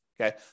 Okay